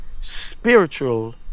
spiritual